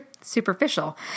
superficial